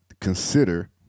consider